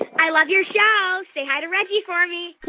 ah i love your show. say hi to reggie for me